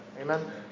Amen